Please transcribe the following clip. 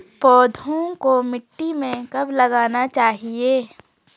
पौधों को मिट्टी में कब लगाना चाहिए?